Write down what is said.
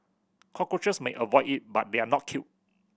cockroaches may avoid it but they are not killed